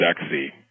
sexy